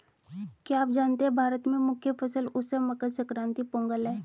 क्या आप जानते है भारत में मुख्य फसल उत्सव मकर संक्रांति, पोंगल है?